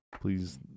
please